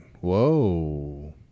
Whoa